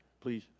please